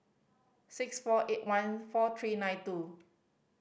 six four eight one four three nine two